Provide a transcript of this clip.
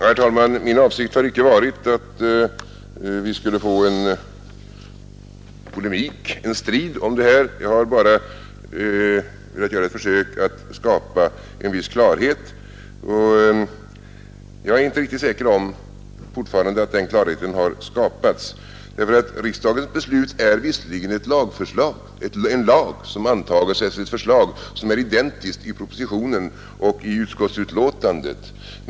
Herr talman! Min avsikt har icke varit att vi skulle få en polemik, en strid om detta. Jag har bara velat göra ett försök att skapa en viss klarhet, och jag är fortfarande inte riktigt säker på att den klarheten har skapats. Riksdagens beslut är visserligen en lag som antages efter ett förslag som är identiskt i propositionen och i utskottsbetänkandet.